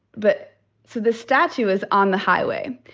but so this statue was on the highway.